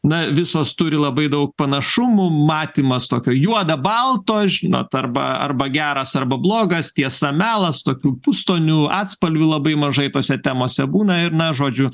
na visos turi labai daug panašumų matymas tokio juoda balto žinot arba arba geras arba blogas tiesa melas tokių pustonių atspalvių labai mažai tose temose būna ir na žodžiu